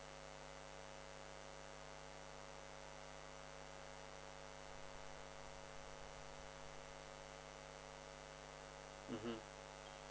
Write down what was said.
mmhmm